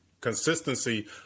consistency